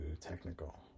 technical